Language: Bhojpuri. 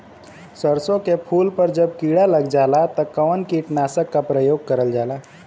सरसो के फूल पर जब किड़ा लग जाला त कवन कीटनाशक क प्रयोग करल जाला?